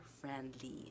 friendly